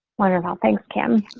wondering how thanks, kim.